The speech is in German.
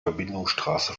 verbindungsstraße